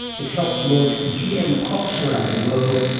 it helped launch gm crops around the world,